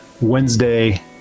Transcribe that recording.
Wednesday